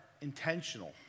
intentional